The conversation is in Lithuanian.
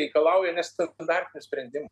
reikalauja nestandartinių sprendimų